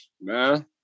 Man